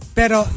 pero